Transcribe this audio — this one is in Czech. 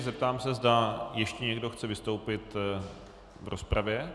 Zeptám se, zda ještě někdo chce vystoupit v rozpravě.